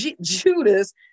Judas